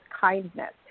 kindness